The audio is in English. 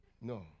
No